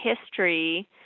history